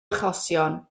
achosion